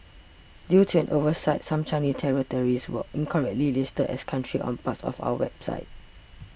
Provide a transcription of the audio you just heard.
due to an oversight some Chinese territories were incorrectly listed as countries on parts of our website